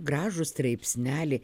gražų straipsnelį